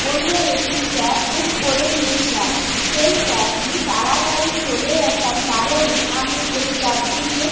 অন্য একটি cab book করে নিয়েছিলাম সেই ক্যাবটি তাড়াতাড়ি চলে আসার কারণে আমি এই ক্যাবটিকে